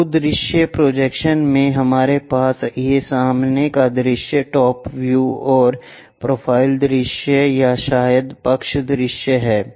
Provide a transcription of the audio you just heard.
बहु दृश्य प्रोजेक्शन्स में हमारे पास ये सामने का दृश्य टॉप व्यूऔर प्रोफ़ाइल दृश्य या शायद पक्ष दृश्य हैं